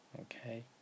Okay